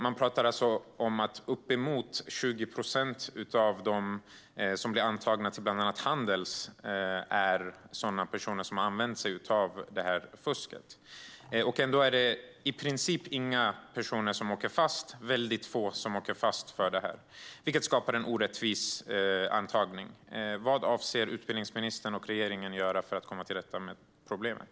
Man pratar om att uppemot 20 procent av dem som blir antagna till bland annat Handels är personer som har fuskat. Ändå är det i princip inga personer som åker fast. Det är väldigt få som åker fast för detta, vilket skapar en orättvis antagning. Vad avser utbildningsministern och regeringen att göra för att komma till rätta med problemet?